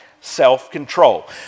self-control